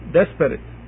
desperate